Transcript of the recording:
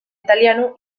italiano